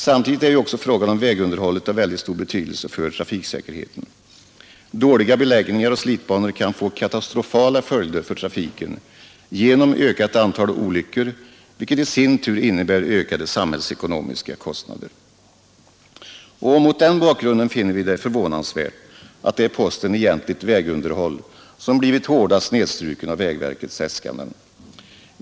Samtidigt är ju också frågan om vägunderhållet av väldigt stor betydelse för trafiksäkerheten. Dåliga beläggningar och slitbanor kan få katastrofala följder för trafiken genom ökat antal olyckor vilket i sin tur innebär ökade samhällsekonomiska kostnader. Mot den bakgrunden finner vi det förvånansvärt att det är posten Egentligt vägunderhåll som blivit hårdast nedstruken i vägverkets äskanden.